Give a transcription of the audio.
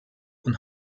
und